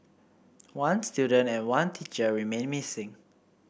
one student and one teacher remain missing